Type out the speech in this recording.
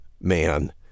man